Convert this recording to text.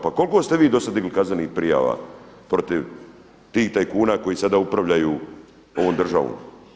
Pa koliko ste vi do sada digli kaznenih prijava protiv tih tajkuna koji sada upravljaju ovom državom?